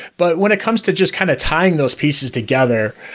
but when it comes to just kind of tying those pieces together,